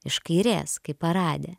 iš kairės kaip parade